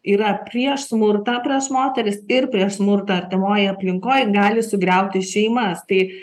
yra prieš smurtą prieš moteris ir prieš smurtą artimojoj aplinkoj gali sugriauti šeimas tai